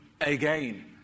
again